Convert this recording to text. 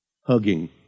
hugging